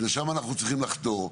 לשם אנחנו צריכים לחתור.